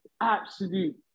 absolute